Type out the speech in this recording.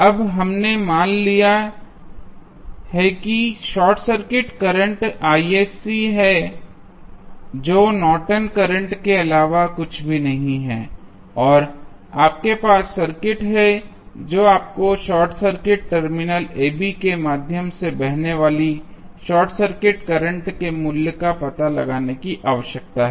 अब हमने मान लिया है कि शॉर्ट सर्किट करंट है जो नॉर्टन करंट Nortons current के अलावा कुछ भी नहीं है और आपके पास सर्किट है जो आपको short circuit terminal a b के माध्यम से बहने वाली शॉर्ट सर्किट करंट के मूल्य का पता लगाने की आवश्यकता है